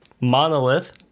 monolith